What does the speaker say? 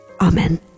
amen